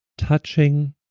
touching